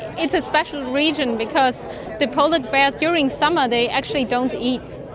it's a special region because the polar bears during summer they actually don't eat,